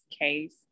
case